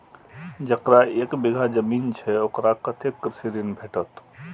जकरा एक बिघा जमीन छै औकरा कतेक कृषि ऋण भेटत?